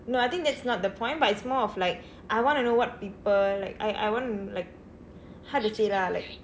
no I think that's not the point but it's more of like I want to know what people like I I want like how to say lah like